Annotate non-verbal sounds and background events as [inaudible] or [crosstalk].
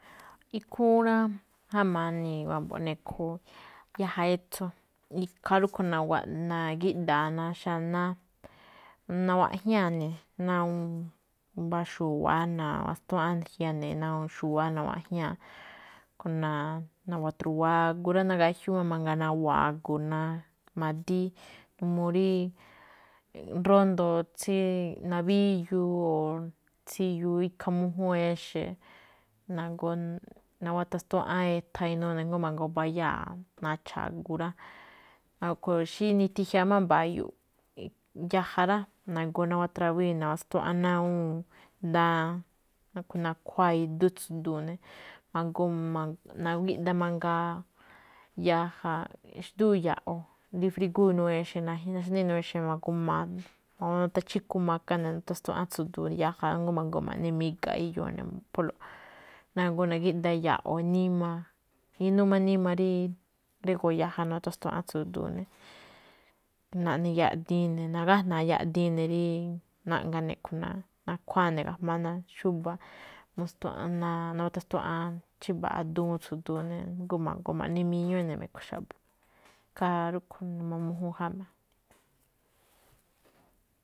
Ikhúúnꞌ rá jáma̱ niwámbo̱ꞌ nekho, yaja etso̱, ikhaa rúꞌkhue̱n na̱giꞌdaa ná xanáá, nawaꞌjñáa ne̱, ná awúun mbá xu̱wa̱á, ná nistuꞌan ne̱, nati jiane ná awúun xu̱wa̱á, nawaꞌjñáa̱. A̱ꞌkhue̱n na̱-nawa̱tru̱waa̱ agu rá, nagajiúu máꞌ nawa̱a̱ agu, ná madíí, n [hesitation] uu rí, rondo̱ tsí nawíyuu o tsíyuu íkha mújúun exe̱, nagoo nawastuꞌáan etha inuu ne̱ jngó ma̱goo, mbayáa̱ nacha̱ agu rá. A̱ꞌkhue̱n xí niti máꞌ jia máꞌ mba̱yo̱ꞌ, yaja rá, nagoo nawatrawíi̱ ne̱, nawastuꞌán ná awúun daan na- nakhuáa idú tsu̱du̱u̱ ne̱. Nagoo nagíꞌda mangaa, yaja, xndúu ya̱ꞌo̱, rí frígú ná inuu exe̱. Ma̱goo natawachíko maka ne̱, natastuaꞌán ná tsu̱du̱u̱ yaja, jngó ma̱goo ma̱ꞌne miga̱ꞌ iyoo ne̱, mo̱ꞌpholóꞌ. Nagoo na̱gíꞌda ya̱ꞌo̱, níma, inúu máꞌ níma rí drígo̱o̱ yaja, natastuaꞌán tsu̱du̱u̱ ne̱. Naꞌne yaꞌdiin ne̱, nagájna̱a̱ yaꞌdiin ne̱ rí naꞌgane̱. A̱ꞌkhue̱n nakhuáa ne̱ ga̱jma̱á ne̱ ná xúba̱, natastuaꞌan chímbaꞌa duun tsu̱du̱u̱ ne̱, jngó ma̱goo ma̱ꞌne miñú ne̱ me̱kho̱ xa̱bo̱. Ikhaa rúꞌkhue̱n ne̱ne̱ mújúnꞌ jáma̱.